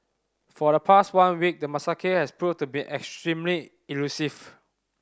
for the past one week the macaque has proven to be extremely elusive